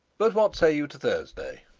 but what say you to thursday?